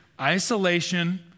isolation